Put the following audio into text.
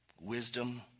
wisdom